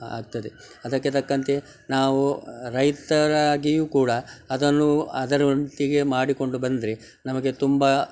ಆಗ್ತದೆ ಅದಕ್ಕೆ ತಕ್ಕಂತೆ ನಾವು ರೈತರಾಗಿಯೂ ಕೂಡ ಅದನ್ನು ಅದರೊಟ್ಟಿಗೆ ಮಾಡಿಕೊಂಡು ಬಂದರೆ ನಮಗೆ ತುಂಬ